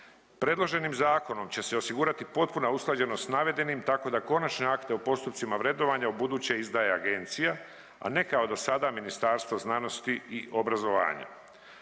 Predloženim zakonom će se osigurati potpuna usklađenost s navedenim tako da konačne akte u postupcima vrednovanja ubuduće izdaje agencija, a ne kao dosada Ministarstvo znanosti i obrazovanja.